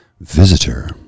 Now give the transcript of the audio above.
Visitor